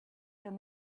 down